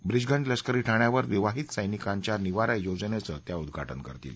ब्रीचगंज लष्करी ठाण्यावर विवाहित सैनिकांच्या निवारा योजनेचं त्या उद्घाटन करतील